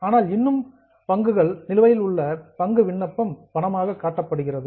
ஆனால் இன்னும் பங்குகள் ஒதுக்கப்படாத நிலையில் இது ஒதுக்கீட்டில் நிலுவையில் உள்ள பங்கு விண்ணப்ப பணமாக காட்டப்படுகிறது